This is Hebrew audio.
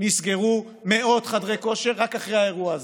נסגרו מאות חדרי כושר רק אחרי האירוע הזה.